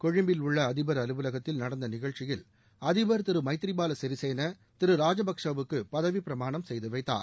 கொழும்பில் உள்ள அதிபர் அலுவலகத்தில் நடந்த நிகழ்ச்சியில் அதிபர் திரு மைத்ரி பால சிறிசேனா திரு ராஜபக்ஷே வுக்கு பதவிப்பிரமாணம் செய்து வைத்தார்